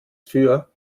für